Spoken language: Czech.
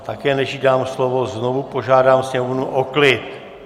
Také, než jí dám slovo, znovu požádám sněmovnu o klid!